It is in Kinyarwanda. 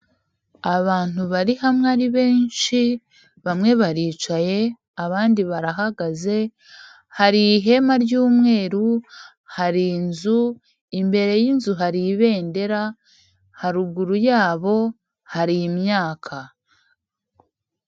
Abantu bari hamwe ari benshi, bamwe baricaye abandi barahagaze, hari ihema ry'umweru, hari inzu, imbere y'inzu hari ibendera, haruguru yabo hari imyaka.